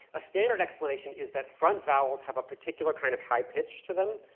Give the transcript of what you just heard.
a standard explanation is that front vowels have a particular kind of high pitch to them.